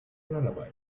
lullaby